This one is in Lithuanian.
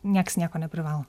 nieks nieko neprivalo